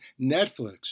Netflix